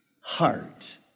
heart